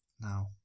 now